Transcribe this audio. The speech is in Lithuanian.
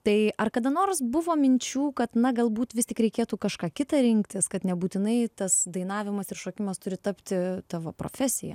tai ar kada nors buvo minčių kad na galbūt vis tik reikėtų kažką kitą rinktis kad nebūtinai tas dainavimas ir šokimas turi tapti tavo profesija